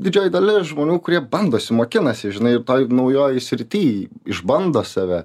didžioji dalis žmonių kurie bandosi mokinasi žinai toj naujoj srity išbando save